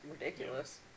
ridiculous